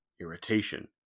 Irritation